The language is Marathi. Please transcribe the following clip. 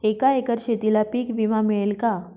एका एकर शेतीला पीक विमा मिळेल का?